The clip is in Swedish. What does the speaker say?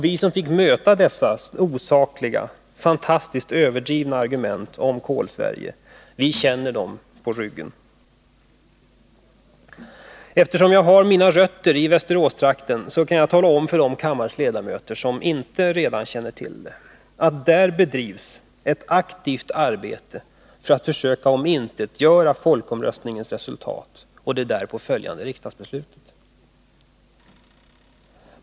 Vi som fick möta dessa osakliga, fantastiskt överdrivna argument om Kolsverige känner dem på ryggen. Eftersom jag har mina rötter i Västeråstrakten kan jag tala om för dem av kammarens ledamöter som inte redan känner till det, att där bedrivs ett aktivt arbete för att försöka omintetgöra folkomröstningens resultat och det därpå följande riksdagsbeslutet.